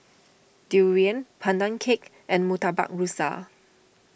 Durian Pandan Cake and Murtabak Rusa